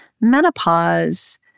menopause